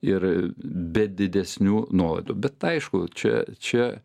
ir be didesnių nuolaidų bet aišku čia čia